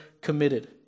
committed